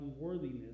unworthiness